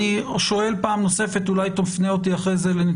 אני שואל פעם נוספת ואולי אחר כך תפנה אותי לנציבות